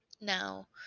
Now